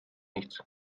nichts